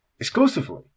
exclusively